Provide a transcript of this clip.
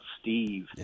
Steve